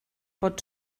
pot